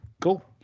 cool